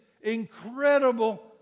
incredible